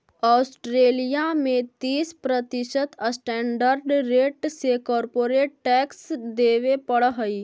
Australia में तीस प्रतिशत स्टैंडर्ड रेट से कॉरपोरेट टैक्स देवे पड़ऽ हई